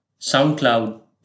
SoundCloud